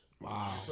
Wow